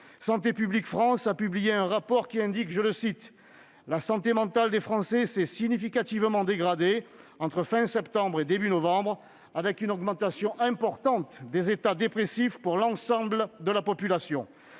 Santé publique France a publié un rapport qui indique :« La santé mentale des Français s'est significativement dégradée entre fin septembre et début novembre, avec une augmentation importante des états dépressifs pour l'ensemble de la population. »